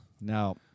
Now